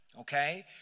Okay